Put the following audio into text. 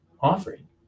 offering